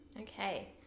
Okay